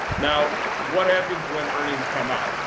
now, what happens when earnings come out?